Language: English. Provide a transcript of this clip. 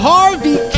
Harvey